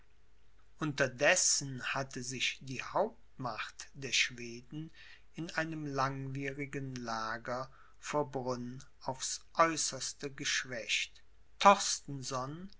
unterdessen hatte sich die hauptmacht der schweden in einem langwierigen lager vor brünn aufs äußerste geschwächt